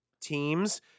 teams